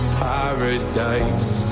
paradise